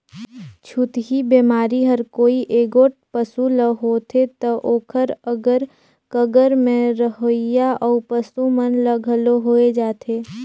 छूतही बेमारी हर कोई एगोट पसू ल होथे त ओखर अगर कगर में रहोइया अउ पसू मन ल घलो होय जाथे